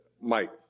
Mike